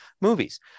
movies